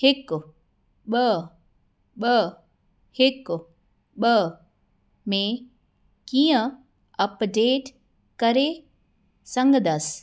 हिकु ॿ ॿ हिकु ॿ में कीअं अपडेट करे सघंदसि